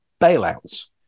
bailouts